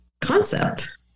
concept